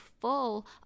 full